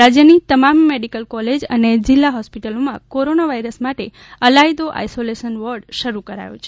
રાજયની તમામ medical college અને જીલ્લા હોસપીટલોમાં કોરોના વાઇરસ માટે અલાયદો આઇસોલેસન વોર્ડ શરૂ કારાયો છે